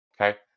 Okay